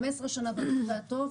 15 שנה במקרה הטוב.